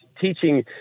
teaching